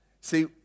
...see